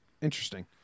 interesting